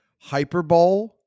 hyperbole